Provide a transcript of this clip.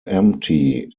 empty